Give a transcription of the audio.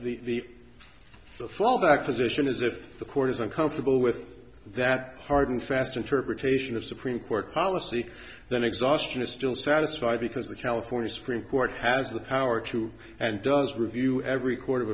the fallback position is if the court is uncomfortable with that hard and fast interpretation of supreme court policy then exhaustion is still satisfied because the california supreme court has the power to and does review every court of